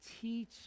Teach